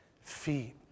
feet